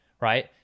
right